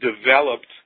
developed